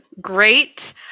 great